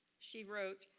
she wrote,